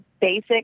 basic